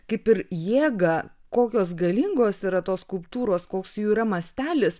kaip ir jėgą kokios galingos yra tos skulptūros koks jų yra mastelis